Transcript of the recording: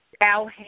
Al